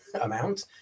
amount